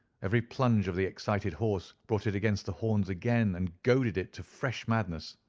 every plunge of the excited horse brought it against the horns again, and goaded it to fresh madness.